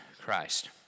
Christ